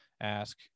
ask